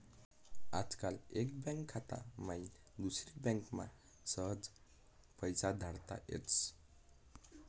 आजकाल एक बँक खाता माईन दुसरी बँकमा सहज पैसा धाडता येतस